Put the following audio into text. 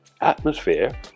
atmosphere